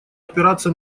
опираться